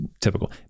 typical